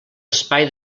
espai